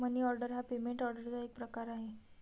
मनी order हा payment ऑर्डरचा एक प्रकार आहे